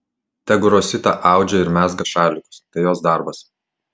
tegu rosita audžia ir mezga šalikus tai jos darbas